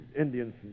Indians